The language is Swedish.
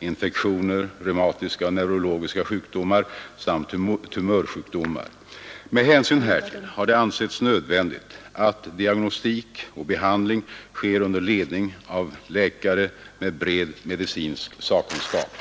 infektioner, reumatiska och neurologiska sjukdomar samt tumörsjukdomar. Med hänsyn härtill har det ansetts nödvändigt att diagnostik och behandling sker under ledning av läkare med bred medicinsk sakkunskap.